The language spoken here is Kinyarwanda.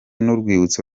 n’urwibutso